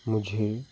मुझे